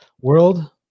world